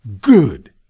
good